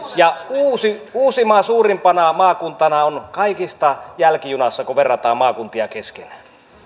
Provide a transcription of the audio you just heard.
uusimaa suurimpana maakuntana on jälkijunassa kaikista kun verrataan maakuntia keskenään